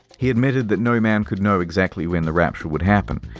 he admitted that no man could know exactly when the rapture would happen,